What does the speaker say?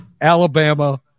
Alabama